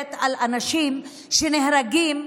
מדברת על אנשים שנהרגים,